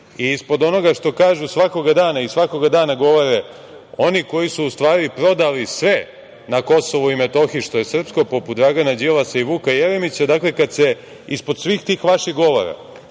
i ispod onoga što kažu svakoga dana i svakoga dana govore oni koji su u stvari prodali sve na KiM što je srpsko, poput Dragana Đilasa i Vuka Jeremića, kada se ispod svih tih vaših govora